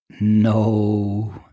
No